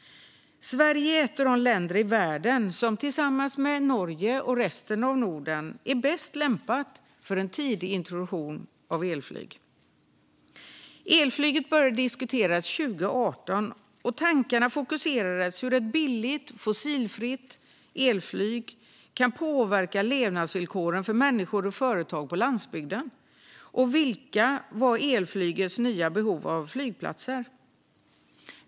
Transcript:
Sverige är, tillsammans med Norge och resten av Norden, ett av de länder i världen som är bäst lämpade för en tidig introduktion av elflyg. Elflyget började diskuteras 2018, och tankarna fokuserades på hur ett billigt, fossilfritt elflyg kan påverka levnadsvillkoren för människor och företag på landsbygden och på vilka behov elflyget har av nya flygplatser.